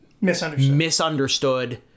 Misunderstood